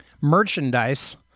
merchandise